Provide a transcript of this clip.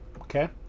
Okay